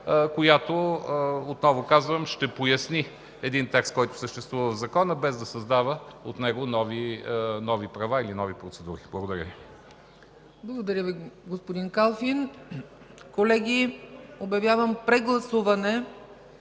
която, отново казвам, ще поясни един текст, който съществува в Закона, без да създава от него нови права или нови процедури. Благодаря Ви. ПРЕДСЕДАТЕЛ ЦЕЦКА ЦАЧЕВА: Благодаря Ви, господин Калфин. Колеги, обявявам прегласуване